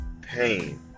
pain